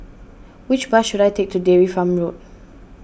which bus should I take to Dairy Farm Road